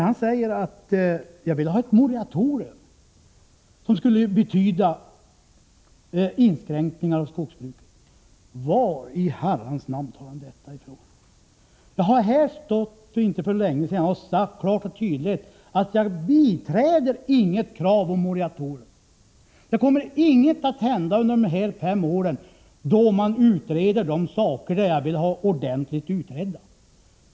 Han säger att jag vill ha ett moratorium som skulle betyda inskränkningar i skogsbruket. Var i Herrans namn tar han detta ifrån? Jag har här för inte länge sedan sagt klart och tydligt att jag biträder inget krav på moratorium. Ingenting kommer att hända under de här fem åren då man utreder de saker som jag vill ha ordentligt utredda.